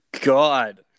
God